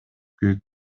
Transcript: күйүп